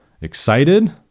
excited